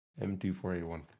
M2481